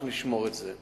אנחנו נשמור על זה.